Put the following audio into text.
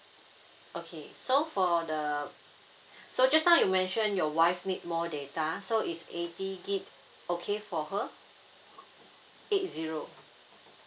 okay so for the so just now you mention your wife need more data so is eighty gigabyte okay for her eight zero